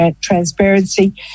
transparency